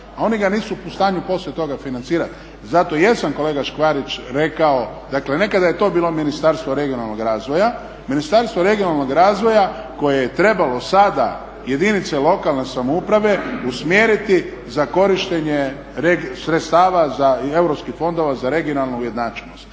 a oni ga nisu u stanju poslije toga financirati. Zato i jesam kolega Škvarić rekao, dakle nekada je to bilo Ministarstvo regionalnog razvoja, Ministarstvo regionalnog razvoja koje je trebalo sada jedinice lokalne samouprave usmjeriti za korištenje sredstava za i europskih fondova za regionalnu ujednačenost.